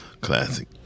Classic